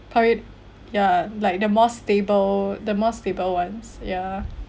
pour it ya like the more stable the most stable [one] ya